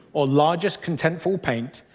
or largest contentful paint,